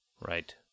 Right